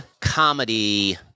comedy